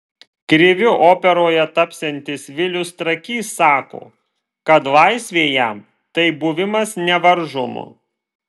kriviu operoje tapsiantis vilius trakys sako kad laisvė jam tai buvimas nevaržomu